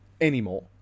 anymore